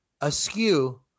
askew